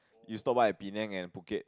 you stop by at Penang and Phuket